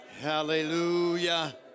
Hallelujah